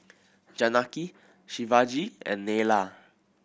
Janaki Shivaji and Neila